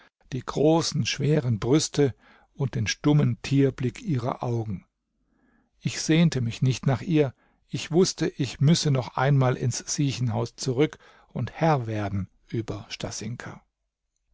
die großen schweren brüste und den stummen tierblick ihrer augen ich sehnte mich nicht nach ihr ich wußte ich müsse noch einmal ins siechenhaus zurück und herr werden über